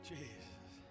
Jesus